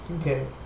Okay